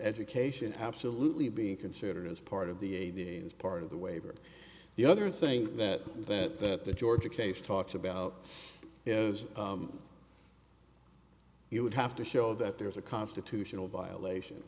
education absolutely being considered as part of the a part of the waiver the other thing that that that the georgia case talks about is you would have to show that there is a constitutional violation